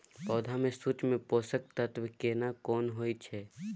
पौधा में सूक्ष्म पोषक तत्व केना कोन होय छै?